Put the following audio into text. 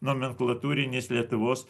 nomenklatūrinis lietuvos